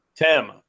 Tim